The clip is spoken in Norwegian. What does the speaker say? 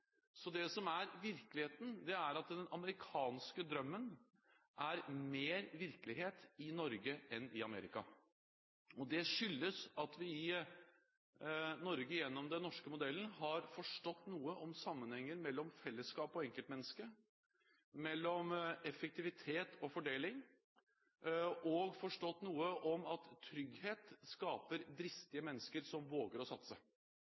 Så det som er virkeligheten, er at den amerikanske drømmen er mer virkelighet i Norge enn i Amerika. Det skyldes at vi i Norge, gjennom den norske modellen, har forstått noe om sammenhenger mellom fellesskapet og enkeltmennesket, mellom effektivitet og fordeling, og vi har forstått noe om at trygghet skaper dristige mennesker som våger å satse.